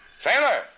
Sailor